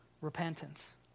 repentance